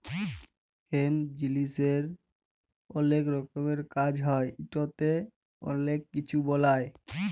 hemp জিলিসের অলেক রকমের কাজ হ্যয় ইটতে অলেক কিছু বালাই